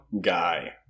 guy